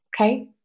okay